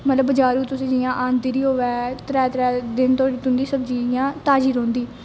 मतलब बजारों तुसें जियां आंदी दी होवे त्रै त्रै दिन तोड़ी तुंदी सब्जी इयां ताजी रौंहदी